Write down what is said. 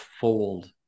fold